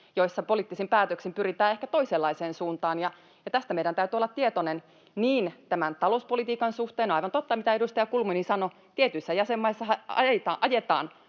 joissa poliittisin päätöksin pyritään ehkä toisenlaiseen suuntaan. Tästä meidän täytyy olla tietoisia, niin tämän talouspolitiikan suhteen... On aivan totta se, mitä edustaja Kulmuni sanoi, että tietyissä jäsenmaissahan ajetaan